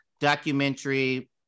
documentary